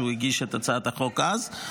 שהגיש את הצעת החוק אז,